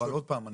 עוד פעם,